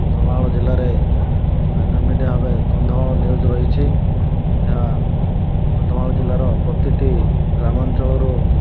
କନ୍ଧମାଳ ଜିଲ୍ଲାରେ ସ୍ଥାନୀୟ ମିଡ଼ିଆ ଭାବେ କନ୍ଧମାଳ ନ୍ୟୁଜ୍ ରହିଛି ଏହା କନ୍ଧମାଳ ଜିଲ୍ଲାର ପ୍ରତ୍ୟେକଟି ଗ୍ରାମାଞ୍ଚଳରୁ